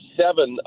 seven